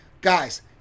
Guys